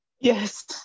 Yes